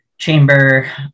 chamber